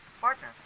Partner